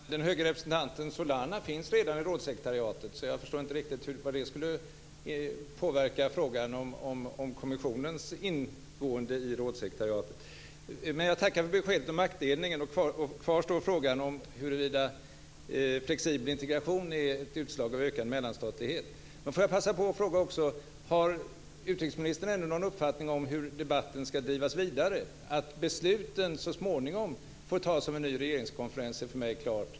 Fru talman! Den höge representanten Solana finns redan i rådssekretariatet, så jag förstår inte riktigt hur det skulle påverka frågan om kommissionens ingående där. Men jag tackar för beskedet om maktdelningen. Kvar står frågan om huruvida flexibel integration är ett utslag av ökad mellanstatlighet. Jag vill också passa på att fråga om utrikesministern har någon uppfattning om hur debatten ska drivas vidare. Att besluten så småningom får fattas av en ny regeringskonferens är för mig klart.